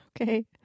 Okay